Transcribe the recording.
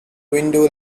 window